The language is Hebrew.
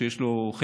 שיש לו חלק,